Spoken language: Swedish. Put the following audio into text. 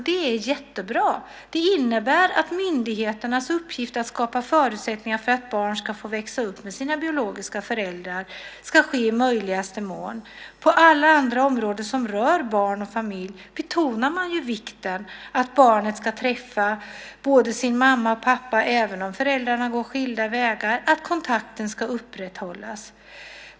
Det är jättebra. Det innebär att myndigheterna ska skapa förutsättningar för barn att i möjligaste mån få växa upp med sina biologiska föräldrar. På alla andra områden som rör barn och familj betonas ju vikten av att barnet ska få träffa både sin mamma och sin pappa även om föräldrarna går skilda vägar, att kontakten ska upprätthållas.